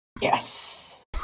Yes